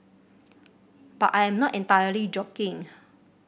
but I am not entirely joking